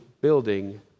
building